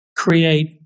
create